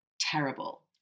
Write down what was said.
terrible